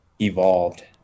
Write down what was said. evolved